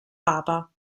papa